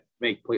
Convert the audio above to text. make